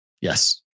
Yes